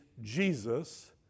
Jesus